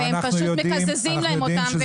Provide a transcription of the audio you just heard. והם פשוט מקזזים להם אותם.